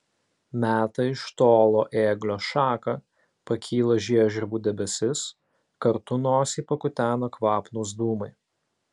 meta iš tolo ėglio šaką pakyla žiežirbų debesis kartu nosį pakutena kvapnūs dūmai